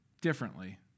differently